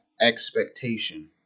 expectation